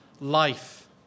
life